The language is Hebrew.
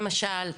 למשל,